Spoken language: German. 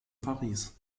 paris